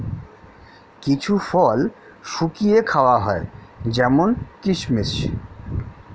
কিছু ফল শুকিয়ে খাওয়া হয় যেমন কিসমিস